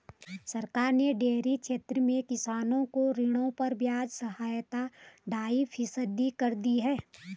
सरकार ने डेयरी क्षेत्र में किसानों को ऋणों पर ब्याज सहायता ढाई फीसदी कर दी है